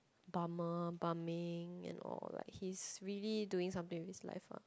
bummer bumming and all like he's really doing something with his life ah